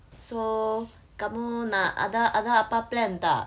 so kamu nak ada ada apa plan tak